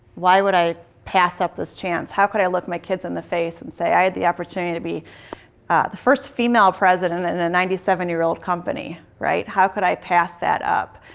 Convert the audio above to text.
why would i pass up this chance? how could i look my kids in the face and say i had the opportunity to be the first female president in a ninety seven year old company, right? how could i pass that up?